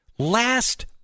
Last